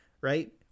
right